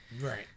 Right